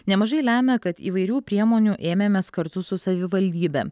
nemažai lemia kad įvairių priemonių ėmėmės kartu su savivaldybe